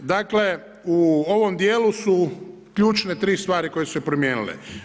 Dakle u ovom dijelu su ključne tri stvari koje su se primijenile.